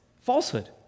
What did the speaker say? falsehood